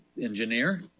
engineer